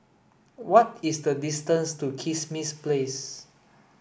what is the distance to Kismis Place